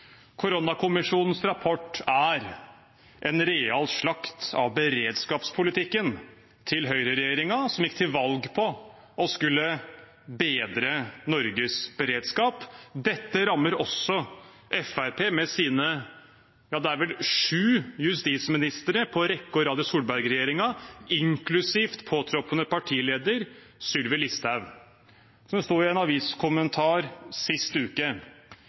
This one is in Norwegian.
Koronakommisjonens rapport er en real slakt av beredskapspolitikken til høyreregjeringen, som gikk til valg på å skulle bedre Norges beredskap. Dette rammer også Fremskrittspartiet med sine sju – er det vel – justisministre på rekke og rad i Solberg-regjeringen, inklusiv påtroppende partileder Sylvi Listhaug. Som det sto i en aviskommentar sist uke: